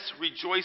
rejoice